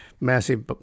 massive